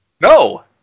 No